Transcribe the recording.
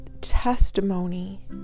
testimony